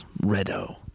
Red-O